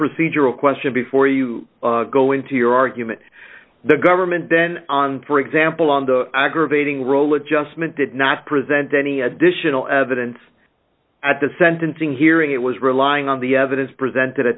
procedural question before you go into your argument the government then on for example on the aggravating role adjustment did not present any additional evidence at the sentencing hearing it was relying on the evidence presented a